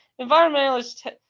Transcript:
environmentalists